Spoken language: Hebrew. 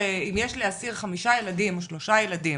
אם יש לאסיר 5 ילדים או 3 ילדים